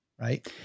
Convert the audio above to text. Right